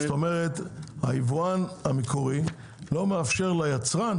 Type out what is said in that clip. זאת אומרת היבואן המקורי לא מאפשר ליצרן